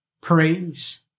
praise